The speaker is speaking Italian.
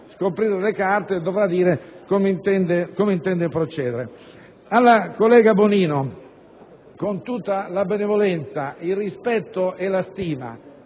scoprire le carte e dire come intende procedere. Alla collega Bonino, con tutta la benevolenza, il rispetto e la stima